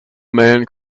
man